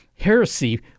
heresy